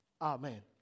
Amen